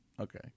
Okay